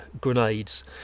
grenades